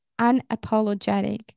unapologetic